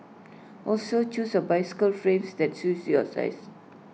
also choose A bicycle frames that suits your size